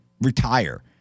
retire